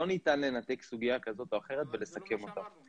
לא ניתן לנתק סוגיה כזאת או אחרת בלסכם אותה.